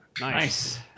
nice